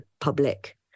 public